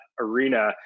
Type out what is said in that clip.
arena